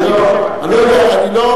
אני לא, 67'. אני לא יודע.